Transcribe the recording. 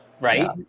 Right